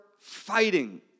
fighting